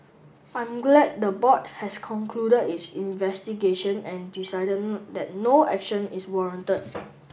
I'm glad the board has concluded its investigation and decided that no action is warranted